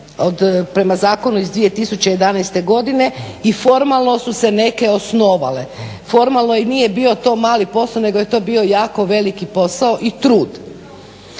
prema zakonu iz 2011. godine i formalno su se neke osnovale. Formalno i nije bio to mali posao, nego je to bio jako veliki posao i trud.